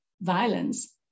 violence